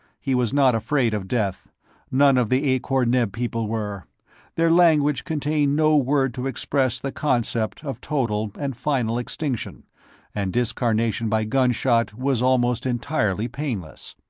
he was not afraid of death none of the akor-neb people were their language contained no word to express the concept of total and final extinction and discarnation by gunshot was almost entirely painless.